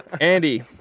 Andy